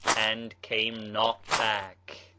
and came not back.